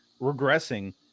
regressing